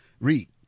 Read